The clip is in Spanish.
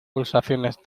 pulsaciones